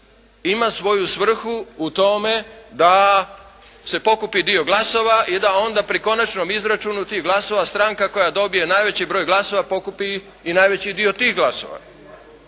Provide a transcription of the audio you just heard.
ima svoju svrhu u tome da se pokupi dio glasova i da onda pri konačnom izračunu tih glasova stranka koja dobije najveći broj glasova pokupi i najveći dio tih glasova.